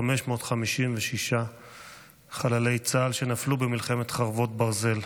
ו-556 חללי צה"ל שנפלו במלחמת חרבות ברזל.